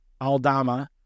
Aldama